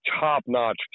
top-notch